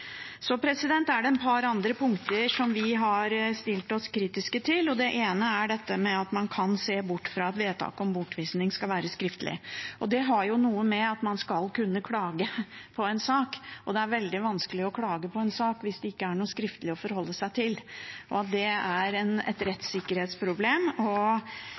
er det et par andre punkter som vi har stilt oss kritisk til. Det ene er at man kan se bort fra at vedtaket om bortvisning skal være skriftlig. Det har noe å gjøre med at man skal kunne klage på en sak, og det er veldig vanskelig å klage på en sak hvis det ikke er noe skriftlig å forholde seg til. Det er et rettssikkerhetsproblem, og